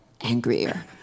angrier